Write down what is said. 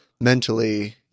mentally